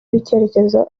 w’icyitegererezo